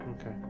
okay